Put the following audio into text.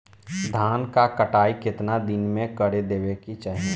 धान क कटाई केतना दिन में कर देवें कि चाही?